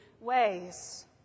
ways